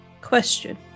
question